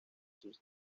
sus